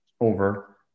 over